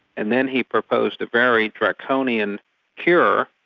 and then he proposed a very draconian cure,